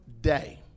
day